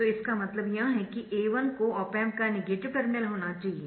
तो इसका मतलब यह है कि A1 को ऑप एम्प का नेगेटिव टर्मिनल होना चाहिए